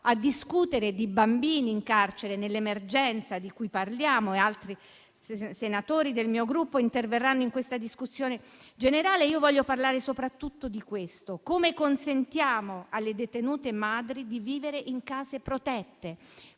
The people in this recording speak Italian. a discutere di bambini in carcere nell'emergenza di cui parliamo. Altri senatori del mio Gruppo interverranno nella discussione generale in corso. Voglio parlare soprattutto di questo: come consentiamo alle detenute madri di vivere in case protette?